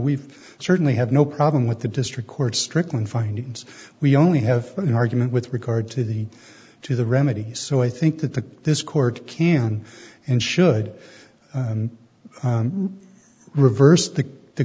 we've certainly had no problem with the district court strickland findings we only have an argument with regard to the to the remedy so i think that the this court can and should reverse the the